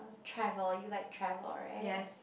travel you like travel right